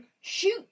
Shoot